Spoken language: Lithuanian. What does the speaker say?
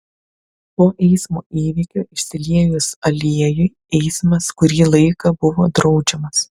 po eismo įvykio išsiliejus aliejui eismas kurį laiką buvo draudžiamas